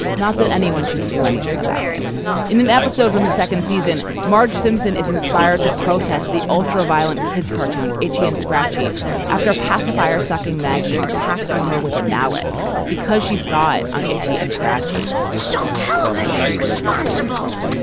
not that anyone should do anything about it in an episode from the second season. marge simpson is inspired to protest the ultra violent kids cartoon itchy and scratchy after pacifier sucking maggie attacks homer with a mallet because she saw it on itchy and scratchy show visions responsible